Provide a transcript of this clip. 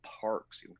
parks